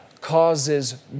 causes